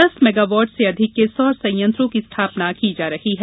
दस मैगावॉट से अधिक के सौर संयंत्रो की स्थापना की जा रही है